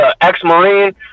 ex-Marine